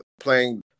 playing